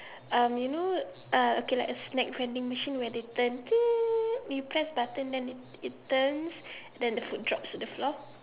um you know uh okay like a snack vending machine when they turn when you press button then it turns then the food drops to the floor